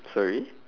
sorry